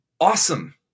awesome